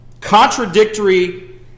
contradictory